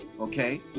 okay